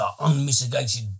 unmitigated